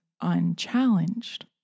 unchallenged